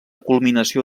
culminació